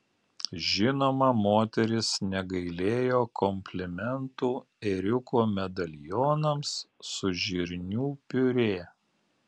žinoma moteris negailėjo komplimentų ėriuko medalionams su žirnių piurė